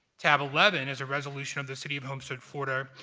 tab eleven is a resolution of the city of homestead, florida,